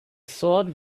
sword